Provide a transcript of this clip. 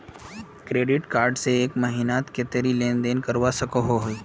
Credit card से एक महीनात कतेरी लेन देन करवा सकोहो ही?